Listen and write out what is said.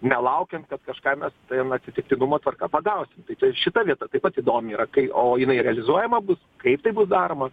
nelaukiant kad kažką mes tejom atsitiktinumo tvarka pagausim tai tai ir šita vieta taip įdomi yra kai o jinai realizuojama bus kaip tai bus daroma